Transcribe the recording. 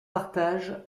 partagent